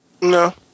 No